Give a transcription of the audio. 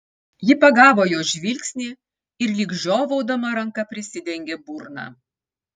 ji pagavo jo žvilgsnį ir lyg žiovaudama ranka prisidengė burną